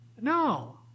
No